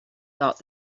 thought